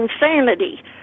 insanity